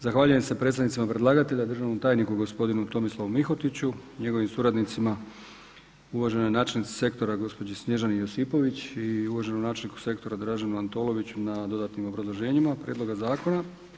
Zahvaljujem se predstavnicima predlagatelja državnom tajniku gospodinu Tomislavu Mihotiću njegovim suradnicima uvaženoj načelnici sektora gospođi Snježani Josipović i uvaženom načelniku sektora Draženu Antoloviću na dodatnim obrazloženjima prijedloga zakona.